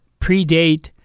predate